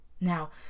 Now